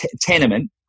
tenement